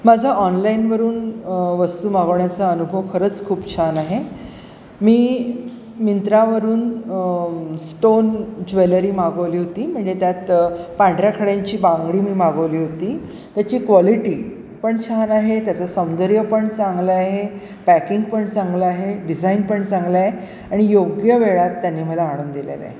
माझा ऑनलाईनवरून वस्तू मागवण्याचा अनुभव खरंच खूप छान आहे मी मिंत्रावरून स्टोन ज्वेलरी मागवली होती म्हणजे त्यात पांढऱ्या खड्यांची बांगडी मी मागवली होती त्याची क्वालिटी पण छान आहे त्याचं सौंदर्य पण चांगलं आहे पॅकिंग पण चांगलं आहे डिझाईन पण चांगलं आहे आणि योग्य वेळात त्यांनी मला आणून दिलेलं आहे